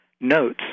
notes